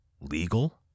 legal